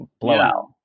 blowout